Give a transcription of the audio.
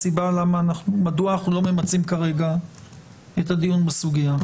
ולכן אנחנו לא נמצה כרגע את הדיון בסוגיה.